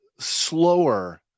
Slower